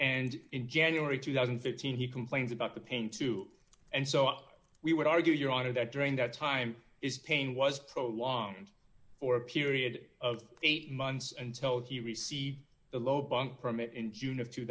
and in january two thousand and fifteen he complains about the pain too and so we would argue your honor that during that time is pain was prolonging for a period of eight months and tell he received a low bunk from it in june of two